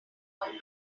looking